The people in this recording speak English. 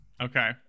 okay